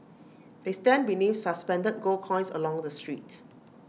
they stand beneath suspended gold coins along the street